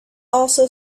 also